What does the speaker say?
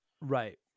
Right